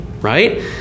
right